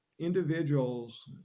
individuals